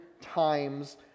times